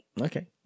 Okay